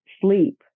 sleep